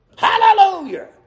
Hallelujah